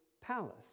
palace